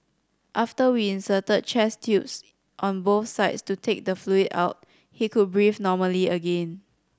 after we inserted chest tubes on both sides to take the fluid out he could breathe normally again